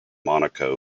monaco